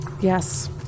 Yes